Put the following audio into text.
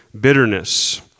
bitterness